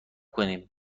کنیم